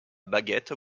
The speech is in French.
baguette